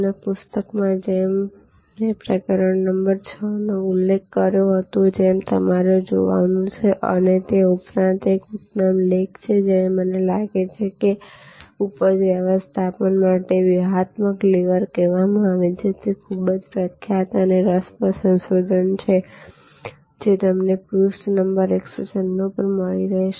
અને પુસ્તકમાં જેમ કે મેં પ્રકરણ નંબર 6 નો ઉલ્લેખ કર્યો છે તે તમારે જોવાનું છે અને તે ઉપરાંત એક ઉત્તમ લેખ છે જે મને લાગે છે કે તેને ઉપજ વ્યવસ્થાપન માટે વ્યૂહાત્મક લિવર કહેવામાં આવે છે અને તે ખૂબ જ પ્રખ્યાત અને રસપ્રદ સંશોધન છે જે તમને પુષ્ઠ નંબર 196 પર મળી રહેશે